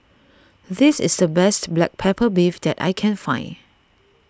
this is the best Black Pepper Beef that I can find